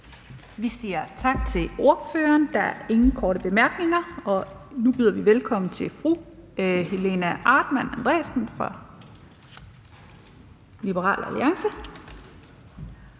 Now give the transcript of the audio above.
Vi siger tak til ordføreren. Der er ingen korte bemærkninger. Og nu byder vi velkommen til fru Helena Artmann Andresen fra Liberal Alliance.